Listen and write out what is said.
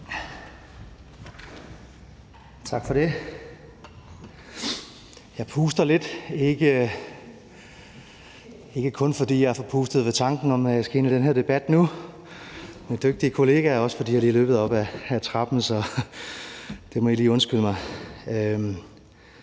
Tak for det. Jeg puster lidt – ikke kun fordi jeg er forpustet ved tanken om, at jeg nu skal ind i den her debat med dygtige kolleger, men også fordi jeg lige er løbet op ad trappen – så det må I lige undskylde mig.